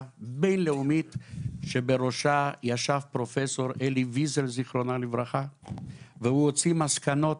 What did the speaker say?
בין-לאומית שבראשה ישב פרופ' אלי ויזל ז"ל והוא הוציא מסקנות